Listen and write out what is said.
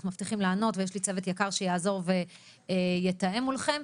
אנחנו מבטיחים לענות ויש לי צוות יקר שיעזור ויתאם מולכם.